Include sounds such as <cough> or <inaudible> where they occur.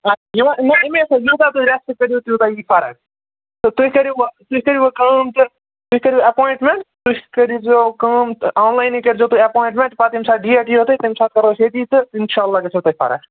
<unintelligible> اَمے سۭتۍ یوٗتاہ تُہۍ رٮ۪سٹ کٔرِو تیوٗتاہ یی فرق تہٕ تُہۍ کٔرِو وَ تُہۍ کٔرِو وَ کٲم تہٕ تُہۍ کٔرِو اَٮ۪پایِنٛٹمٮ۪نٛٹ تُہۍ کٔرۍزیو کٲم تہٕ آن لاینٕے کٔرۍزیو تُہۍ اَٮ۪پایِنٛٹمٮ۪نٛٹ پَتہٕ ییٚمہِ ساتہٕ ڈیٹ یِیَو تۄہہِ تَمہِ ساتہٕ کَرو أسۍ ییٚتی تہٕ اِنشاء اللہ گژھیو تۄہہِ فرق